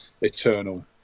eternal